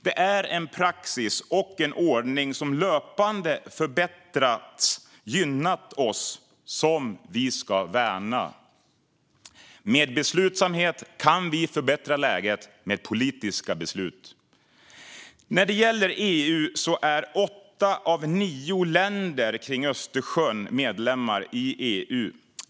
Det är en praxis och en ordning som löpande förbättrats, gynnat oss och som vi ska värna. Med beslutsamhet kan vi förbättra läget med politiska beslut. När det gäller EU är åtta av nio länder kring Östersjön medlemmar i EU.